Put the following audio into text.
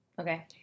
Okay